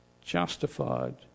justified